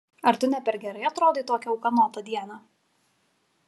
ar tu ne per gerai atrodai tokią ūkanotą dieną